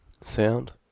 Sound